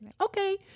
okay